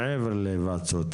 מעבר להיוועצות,